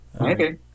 Okay